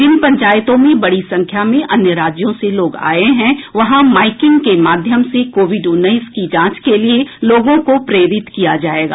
जिन पंचायतों में बड़ी संख्या में अन्य राज्यों से लोग आये हैं वहां माईकिंग के माध्यम से कोविड उन्नीस की जांच के लिये लोगों को प्रेरित किया जायेगा